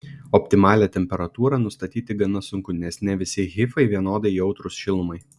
optimalią temperatūrą nustatyti gana sunku nes ne visi hifai vienodai jautrūs šilumai